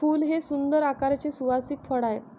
फूल हे सुंदर आकाराचे सुवासिक फळ आहे